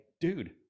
dude